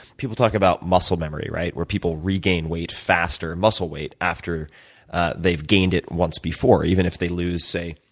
people talk about muscle memory, right, where people regain weight faster, muscle weight after they've gained it once before, even if they lose, say,